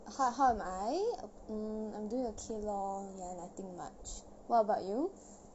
how how am I um I'm doing okay lah ya nothing much what about you